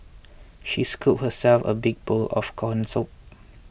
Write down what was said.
she scooped herself a big bowl of Corn Soup